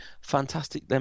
fantastic